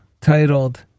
titled